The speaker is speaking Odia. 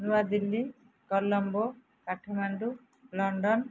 ନୂଆଦିଲ୍ଲୀ କଲମ୍ବୋ କାଠମାଣ୍ଡୁ ଲଣ୍ଡନ